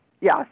Yes